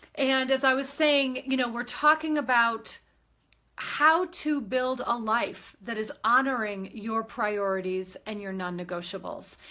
and, as i was saying, you know, we're talking about how to build a life that is honoring your priorities and your non-negotiables.